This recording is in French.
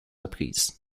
reprises